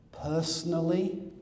personally